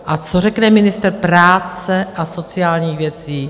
A co řekne ministr práce a sociálních věcí?